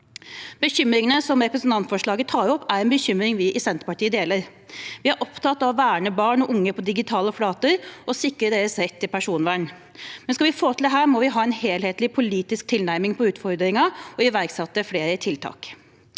Bekymringene som representantforslaget tar opp, er en bekymring vi i Senterpartiet deler. Vi er opptatt av å verne barn og unge på digitale flater og å sikre deres rett til personvern, men skal vi få til dette, må vi ha en helhetlig politisk tilnærming til utfordringen og iverksette flere tiltak.